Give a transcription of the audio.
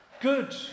good